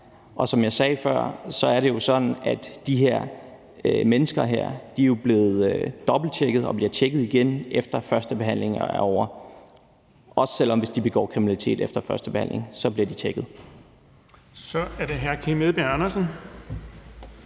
er. Som jeg sagde før, er det sådan, at de her mennesker er blevet dobbelttjekket og bliver tjekket igen, efter førstebehandlingen er ovre. Også hvis de begår kriminalitet efter første behandling, bliver de tjekket. Kl. 11:13 Den fg. formand